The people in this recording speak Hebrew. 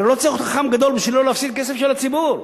הרי לא צריך להיות חכם גדול כדי שלא להפסיד כסף של הציבור.